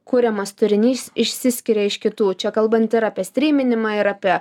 kuriamas turinys išsiskiria iš kitų čia kalbant ir apie stryminimą ir apie